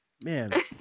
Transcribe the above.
Man